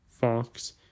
Fox